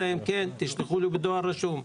אלא אם ישלחו לו בדואר רשום.